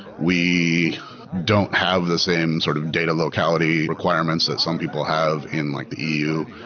we don't have the same sort of data locality requirements that some people have in like the eu.